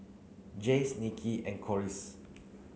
Jace Nicky and Corliss